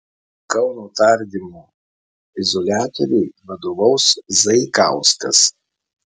kauno tardymo izoliatoriui vadovaus zaikauskas